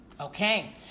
Okay